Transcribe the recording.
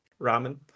ramen